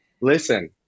listen